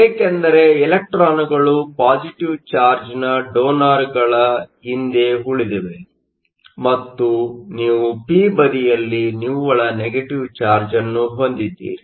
ಏಕೆಂದರೆ ಇಲೆಕ್ಟ್ರಾನ್ಗಳು ಪಾಸಿಟಿವ್ ಚಾರ್ಜ್ನ ಡೋನರ್ಗಳ ಹಿಂದೆ ಉಳಿದಿವೆ ಮತ್ತು ನೀವು ಪಿ ಬದಿಯಲ್ಲಿ ನಿವ್ವಳ ನೆಗೆಟಿವ್ ಚಾರ್ಜ್ ಅನ್ನು ಹೊಂದಿದ್ದೀರಿ